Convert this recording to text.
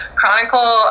Chronicle